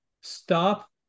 stop